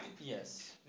Yes